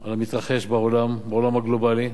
מה מתרחש בעולם, בעולם הגלובלי,